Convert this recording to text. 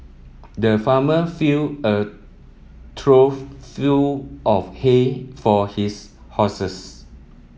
the farmer filled a trough full of hay for his horses